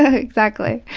ah exactly.